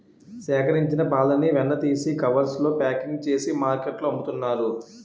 సేకరించిన పాలని వెన్న తీసి కవర్స్ లో ప్యాకింగ్ చేసి మార్కెట్లో అమ్ముతున్నారు